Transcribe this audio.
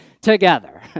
together